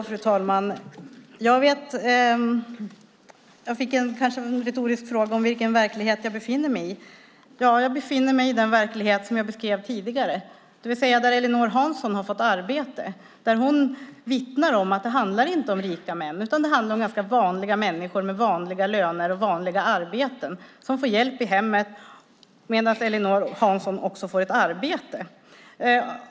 Fru talman! Jag fick en fråga, kanske retorisk, om vilken verklighet jag befinner mig i. Jag befinner mig i den verklighet som jag beskrev tidigare, där Ellinor Hansson har fått arbete. Hon vittnar om att det inte handlar om rika män utan om ganska vanliga människor med vanliga löner och vanliga arbeten som får hjälp i hemmen medan Ellinor Hansson också får ett arbete.